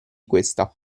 questa